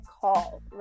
call